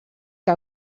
que